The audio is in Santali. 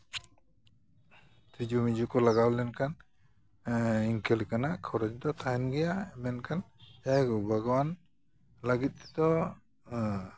ᱛᱤᱡᱩ ᱢᱤᱡᱩ ᱠᱚ ᱞᱟᱜᱟᱣ ᱞᱮᱱᱠᱷᱟᱱ ᱤᱱᱠᱟᱹ ᱞᱮᱠᱟᱱᱟᱜ ᱠᱷᱚᱨᱚᱪ ᱫᱚ ᱛᱟᱦᱮᱱ ᱜᱮᱭᱟ ᱢᱮᱱᱠᱷᱟᱱ ᱡᱟᱭᱦᱳᱠ ᱵᱟᱜᱽᱣᱟᱱ ᱞᱟᱹᱜᱤᱫ ᱛᱮᱫᱚ